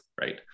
right